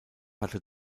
hatte